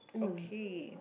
okay